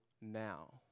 now